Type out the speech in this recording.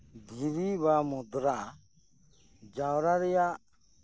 ᱫᱷᱤᱨᱤ ᱵᱟ ᱢᱩᱫᱽᱨᱟ ᱡᱟᱣᱨᱟ ᱨᱮᱭᱟᱜ